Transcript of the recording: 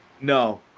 No